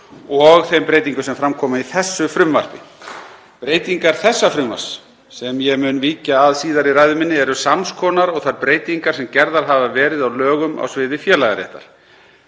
og þeim breytingum sem fram koma í þessu frumvarpi. Breytingar þessa frumvarps, sem ég mun víkja að síðar í ræðu minni, eru sams konar og þær breytingar sem gerðar hafa verið á lögum á sviði félagaréttar.